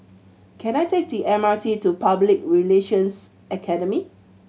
can I take the M R T to Public Relations Academy